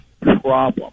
problem